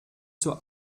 zur